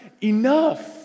enough